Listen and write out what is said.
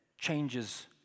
changes